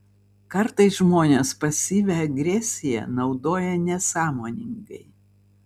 kartais žmonės pasyvią agresiją naudoja nesąmoningai